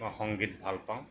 মই সংগীত ভাল পাওঁ